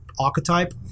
archetype